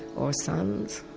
or sons.